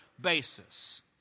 basis